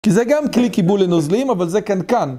כי זה גם כלי קיבול לנוזלים, אבל זה קנקן.